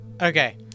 Okay